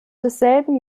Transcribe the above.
desselben